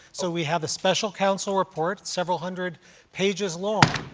so we have the special counsel report, several hundred pages long.